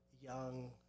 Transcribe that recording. young